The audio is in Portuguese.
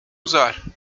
usar